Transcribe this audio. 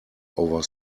over